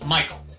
Michael